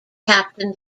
captain